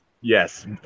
Yes